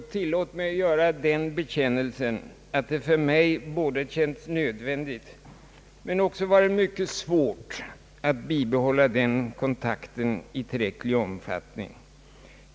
Tillåt mig göra den bekännelsen, att det för mig både känts nödvändigt men också varit mycket svårt att bibehålla den kontakten i tillräcklig omfattning.